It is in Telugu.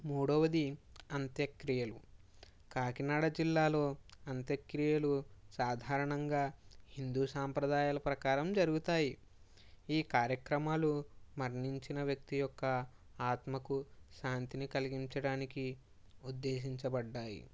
మూడొవది అంత్యక్రియలు కాకినాడ జిల్లాలో అంత్యక్రియలు సాధారణంగా హిందు సంప్రదాయాల ప్రక్రారం జరుగుతాయి ఈ కార్యక్రమాలు మరణించిన వ్యక్తి యొక్క ఆత్మకు శాంతిని కలిగించడానికి ఉద్దేశించబడ్డాయి